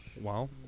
Wow